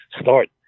start